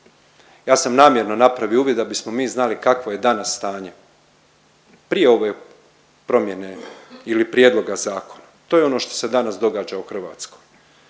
Ja sam namjerno napravio uvid da bismo mi znali kakvo je danas stanje, prije ove promjene ili prijedloga zakona. To je ono što se danas događa u Hrvatskoj.